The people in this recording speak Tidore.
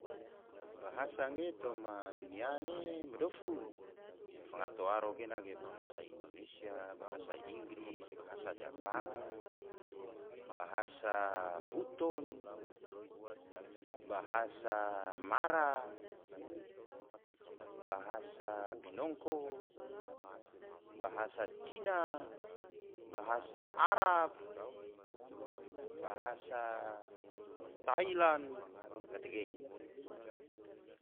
Bahasa ge toma dunia ne dofu, yang fangato waro gena ge, bahasa indonesia, bahasa inggris, bahasa jepang, bahasa buton, bahasa mara, bahasa binongko, bahasa cina, bahasa arab, bahasa tailan, gatege